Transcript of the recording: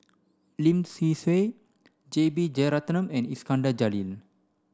Lim Swee Say J B Jeyaretnam and Iskandar Jalil